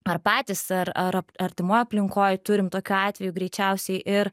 ar patys ar ar artimoj aplinkoj turim tokių atvejų greičiausiai ir